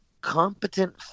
competent